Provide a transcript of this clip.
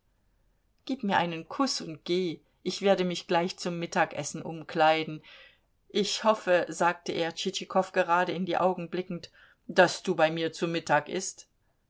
gib mir einen kuß und geh ich werde mich gleich zum mittagessen umkleiden ich hoffe sagte er tschitschikow gerade in die augen blickend daß du bei mir zu mittag ißt